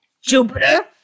Jupiter